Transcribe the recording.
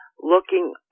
looking